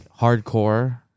hardcore